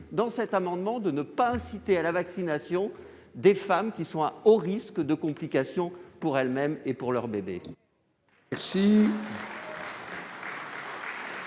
de cet amendement, de ne pas inciter à la vaccination de femmes qui sont à haut risque de complications, pour elles-mêmes et pour leur bébé.